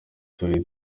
turi